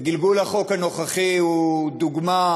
גלגול החוק הנוכחי הוא דוגמה,